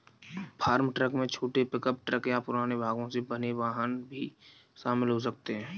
farm truck में छोटे pickup truck या पुराने भागों से बने वाहन भी शामिल हो सकते हैं